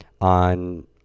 On